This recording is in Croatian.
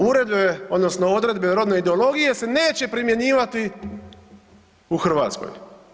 Uredbe odnosno odredbe o rodnoj ideologiji se neće primjenjivati u Hrvatskoj.